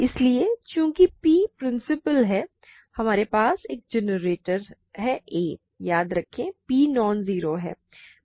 इसलिए चूंकि P principal है हमारे पास एक जनरेटर है a याद रखें कि P नॉन जीरो है